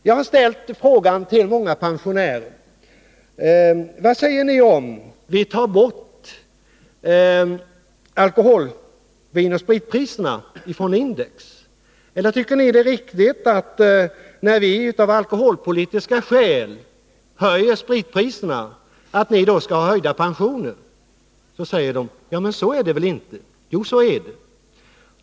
Jag har talat med många pensionärer om vad de tycker om att vinoch spritpriserna tas bort från index. Jag har till dem ställt frågan: Tycker ni att det är riktigt att ni skall få pensionsökningar när vi av alkoholpolitiska skäl höjer spritpriserna? De brukar då undra om det verkligen förhåller sig så — och det är faktiskt på det sättet.